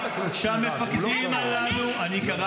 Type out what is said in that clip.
אתם חבורה של פסיכים לא נורמליים.